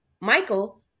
Michael